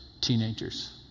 Teenagers